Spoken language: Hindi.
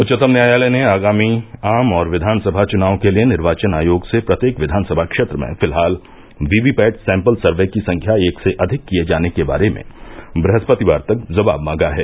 उच्चतम न्यायालय ने आगामी आम और विधानसभा चुनाव के लिए निर्वाचन आयोग से प्रत्येक विधानसभा क्षेत्र में फिलहाल वीवीपैट सेंपल सर्वे की संख्या एक से अधिक किए जाने के बारे में ब्रहस्पतिवार तक जवाब मांगा है